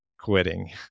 quitting